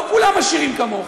לא כולם עשירים כמוך,